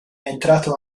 entrato